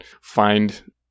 find